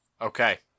Okay